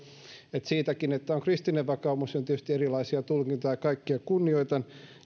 että siitäkin että on kristillinen vakaumus on tietysti erilaisia tulkintoja ja kaikkia kunnioitan